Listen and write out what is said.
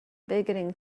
beginning